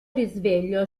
risveglio